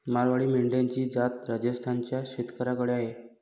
मारवाडी मेंढ्यांची जात राजस्थान च्या शेतकऱ्याकडे आहे